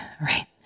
right